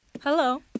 Hello